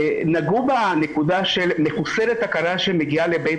נגעו בנקודה של מחוסרת הכרה שמגיעה לבית